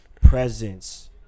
Presence